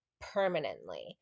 permanently